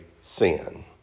sin